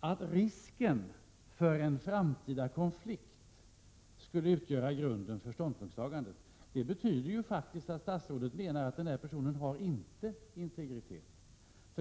att risken för en framtida konflikt skulle utgöra grunden för ståndpunktstagandet. Det betyder faktiskt att statsrådet menar att personen i — fråga inte-har integritet.